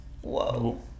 Whoa